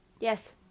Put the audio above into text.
yes